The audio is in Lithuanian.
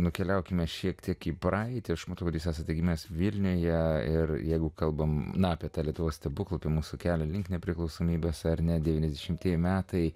nukeliaukime šiek tiek į praeitį aš matau kad jūs esate gimęs vilniuje ir jeigu kalbame apie tą lietuvos stebuklu mūsų kelią link nepriklausomybės ar ne devyniasdešimtieji metai